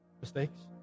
mistakes